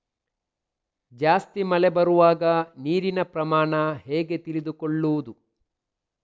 ಜಾಸ್ತಿ ಮಳೆ ಬರುವಾಗ ನೀರಿನ ಪ್ರಮಾಣ ಹೇಗೆ ತಿಳಿದುಕೊಳ್ಳುವುದು?